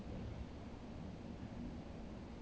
that I really